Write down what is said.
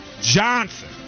Johnson